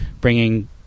bringing